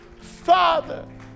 Father